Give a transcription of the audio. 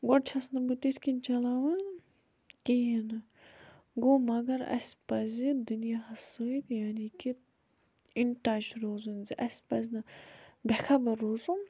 گۄڈٕ چھیٚس نہٕ بہٕ تِتھ کٔنۍ چَلاوان کِہیٖنۍ نہٕ گوٚو مگر اسہِ پَزِ دُنیاہَس سۭتۍ یعنی کہِ اِن ٹَچ روزُن زِ اسہِ پَزِ نہٕ بےٚ خَبَر روزُن